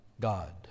God